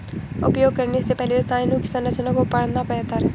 उपयोग करने से पहले रसायनों की संरचना को पढ़ना बेहतर है